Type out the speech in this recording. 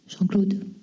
Jean-Claude